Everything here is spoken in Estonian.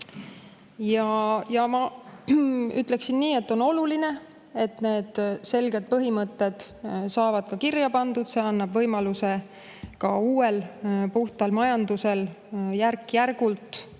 Ja ma ütleksin nii, et on oluline, et need selged põhimõtted saavad ka kirja pandud. See annab võimaluse uuel puhtal majandusel järk-järgult tulla.